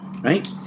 Right